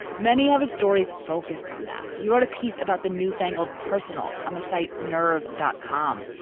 many of his stories focused on that. he wrote a piece about the newfangled personals on the site, nerv dot com.